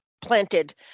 planted